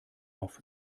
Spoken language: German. auf